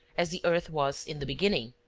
as the earth was in the beginning.